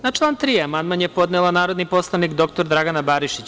Na član 3. amandman je podnela narodni poslanik dr Dragana Barišić.